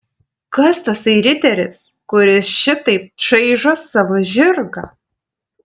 kas tasai riteris kuris šitaip čaižo savo žirgą